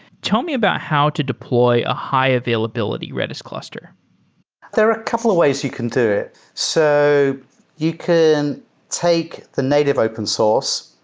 tell me about how to deploy a high-availability redis cluster there are a couple of ways you can do it. so you can take the native open source.